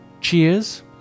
cheers